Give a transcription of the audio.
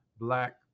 black